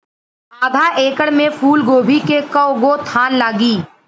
आधा एकड़ में फूलगोभी के कव गो थान लागी?